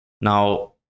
Now